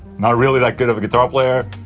not really that good of a guitar player.